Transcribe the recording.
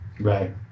Right